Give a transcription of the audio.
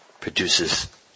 produces